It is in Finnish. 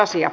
asia